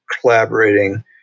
collaborating